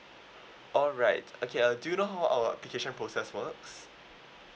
alright okay uh do you know how our application process works